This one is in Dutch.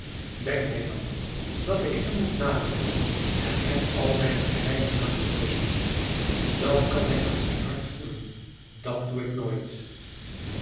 denkt hij dan dat ik hem moet naloopen en hem al mijne geheimen aan den neus hangen dat kan hij aan zijn hart voelen dat doe ik nooit